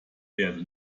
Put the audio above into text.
währte